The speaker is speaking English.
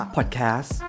Podcast